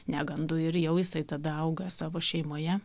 negandų ir jau jisai tada auga savo šeimoje